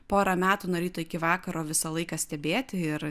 porą metų nuo ryto iki vakaro visą laiką stebėti ir